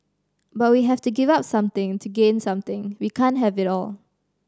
but we have to give up something to gain something we can't have it all